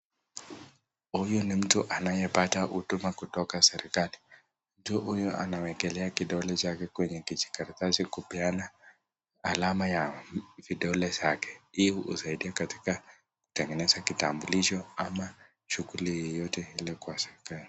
Huyu ni mtu anayepata huduma katika serikali. Mtu huyu anawekelea kidole chake kwenye kijikaratasi chake kupeana alama ya vidole zake. Hii husaidia katika kutengeneza kitambulisho ama shughuli yoyote ile kwa serikali.